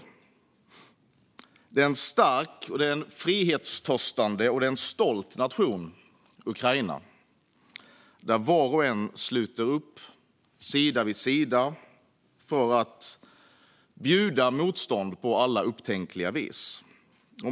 Ukraina är en stark, frihetstörstande och stolt nation där var och en sluter upp, sida vid sida, för att bjuda motstånd på alla upptänkliga vis.